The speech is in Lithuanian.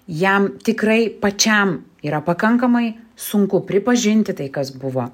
jam tikrai pačiam yra pakankamai sunku pripažinti tai kas buvo